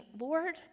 Lord